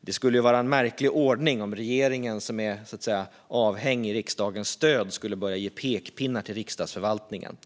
Det skulle ju vara en märklig ordning om regeringen, som är avhängig riksdagens stöd, skulle börja ge pekpinnar till Riksdagsförvaltningen.